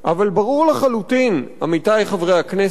אבל ברור לחלוטין, עמיתי חברי הכנסת,